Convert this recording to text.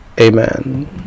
amen